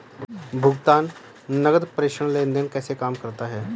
भुगतान नकद प्रेषण लेनदेन कैसे काम करता है?